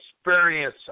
experience